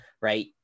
right